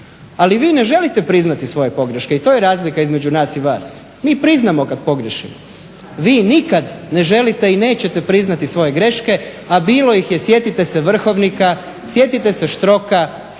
Al i vi ne želite priznati svoje pogreške i to je razlika između nas i van. Mi priznamo kad pogriješimo, vi nikad ne želite i nećete priznati svoje greške, a bilo ih je, sjetite se vrhovnika, sjetite se Štroka,